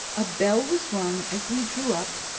a bell was rung as we drew up,